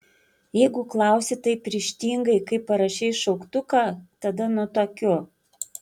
jeigu klausi taip ryžtingai kaip parašei šauktuką tada nutuokiu